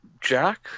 Jack